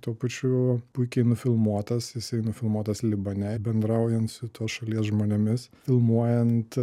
tuo pačiu puikiai nufilmuotas jisai nufilmuotas libane bendraujant su tos šalies žmonėmis filmuojant